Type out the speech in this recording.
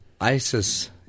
ISIS